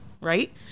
right